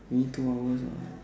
me two hours what